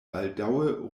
baldaŭe